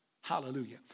Hallelujah